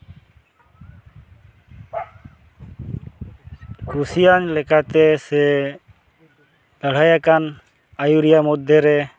ᱠᱩᱥᱤᱭᱟᱱ ᱞᱮᱠᱟᱛᱮ ᱥᱮ ᱞᱟᱹᱲᱦᱟᱹᱭᱟᱠᱟᱱ ᱟᱹᱭᱩᱨᱤᱭᱟᱹ ᱢᱚᱫᱽᱫᱷᱮ ᱨᱮ